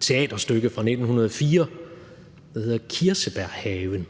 teaterstykke fra 1904, der hedder »Kirsebærhaven«.